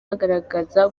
bagaragaza